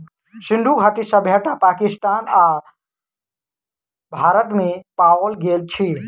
सिंधु घाटी सभ्यता पाकिस्तान आ भारत में पाओल गेल अछि